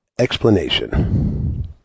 Explanation